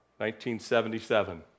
1977